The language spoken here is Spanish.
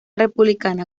republicana